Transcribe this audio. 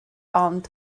ond